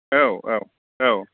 औ औ औ